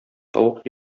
тавык